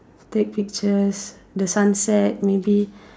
take pictures the sunset maybe